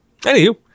Anywho